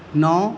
نو